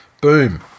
Boom